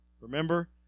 Remember